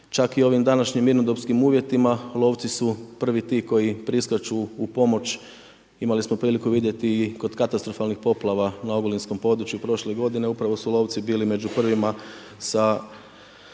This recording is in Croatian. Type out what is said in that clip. Čak i u ovim današnjim mirnodopskim uvjetima lovci su prvi ti koji priskaču u pomoć imali smo priliku vidjeti i kod katastrofalnih poplava na ogulinskom području upravo su lovci bili među prvima sa